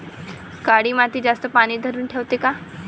काळी माती जास्त पानी धरुन ठेवते का?